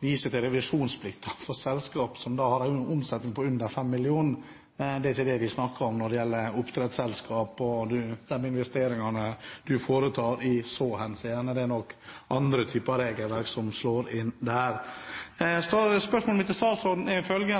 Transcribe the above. vi snakker om når det gjelder oppdrettsselskap og de investeringene de foretar i så henseende. Det er nok andre typer regelverk som slår inn der. Jeg har et spørsmål til statsråden,